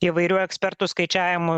įvairių ekspertų skaičiavimu